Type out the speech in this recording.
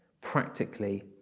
practically